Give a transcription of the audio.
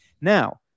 Now